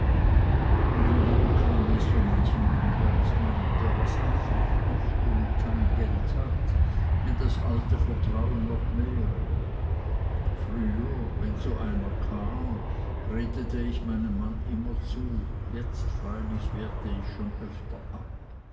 und wie wohl käme es so manchem handwerksmann der was anfangen möchte und kein geld hat wenn das alte vertrauen noch wäre früher wenn so einer kam redete ich meinem mann immer zu jetzt freilich wehrte ich schon öfter ab